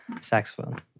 saxophone